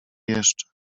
jeszcze